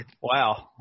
wow